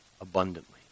abundantly